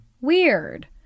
weird